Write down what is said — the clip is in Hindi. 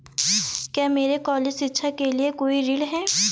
क्या मेरे कॉलेज शिक्षा के लिए कोई ऋण है?